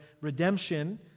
redemption